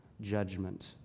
judgment